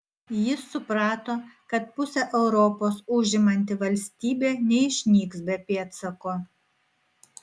jis suprato kad pusę europos užimanti valstybė neišnyks be pėdsako